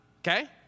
Okay